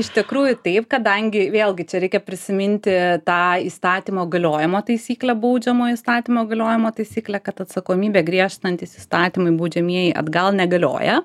iš tikrųjų taip kadangi vėlgi čia reikia prisiminti tą įstatymo galiojimą taisyklę baudžiamo įstatymo galiojimo taisyklę kad atsakomybę griežtinantys įstatymai baudžiamieji atgal negalioja